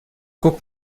guck